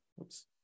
Oops